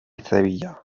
sevilla